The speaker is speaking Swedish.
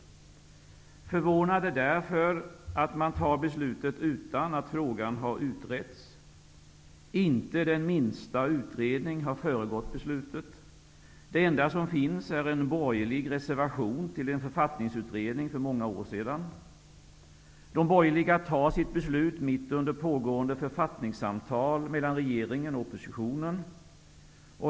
Vi är förvånade därför att man fattar beslut utan att frågan har utretts. Inte den minsta utredning har föregått beslutet. Det enda som finns är en borgerlig reservation till en författningsutredning för många år sedan. De borgerliga fattar sitt beslut mitt under pågående författningssamtal mellan regeringen och oppositionen.